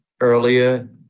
earlier